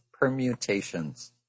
permutations